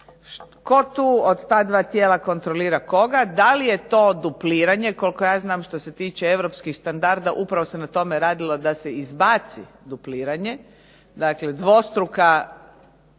Tko tu od ta dva tijela kontrolira koga? Da li je to dupliranje? Koliko ja znam što se tiče europskih standarda upravo se na tome radilo da se izbaci dupliranje, dakle dvostruka